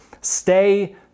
Stay